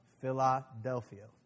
Philadelphia